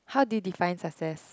how do you define success